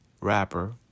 rapper